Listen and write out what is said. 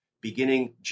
beginning